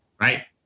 right